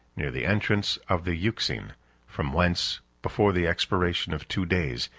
near the entrance of the euxine from whence, before the expiration of two days,